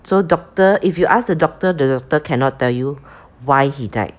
so doctor if you ask the doctor the doctor cannot tell you why he died